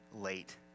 late